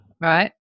right